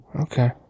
okay